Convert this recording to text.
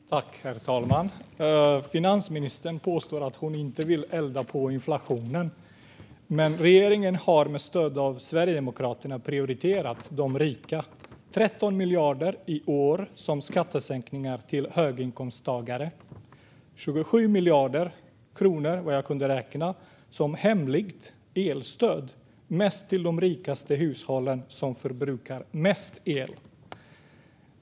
Herr talman! Finansministern påstår att hon inte vill elda på inflationen. Men regeringen har med stöd av Sverigedemokraterna prioriterat de rika - 13 miljarder i år i form av skattesänkningar till höginkomsttagare. Jag har räknat till 27 miljarder i form av ett hemligt elstöd riktat mest till de rikaste hushållen som förbrukar mest el.